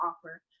offer